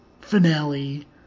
finale